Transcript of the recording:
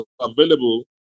available